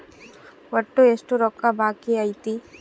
ಒಟ್ಟು ಎಷ್ಟು ರೊಕ್ಕ ಬಾಕಿ ಐತಿ?